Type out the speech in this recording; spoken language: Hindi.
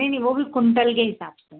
नहीं नहीं वो भी कुंटल के हिसाब से